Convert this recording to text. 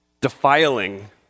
defiling